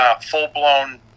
full-blown